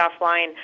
offline